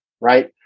right